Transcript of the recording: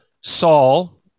Saul